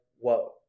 whoa